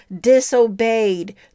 disobeyed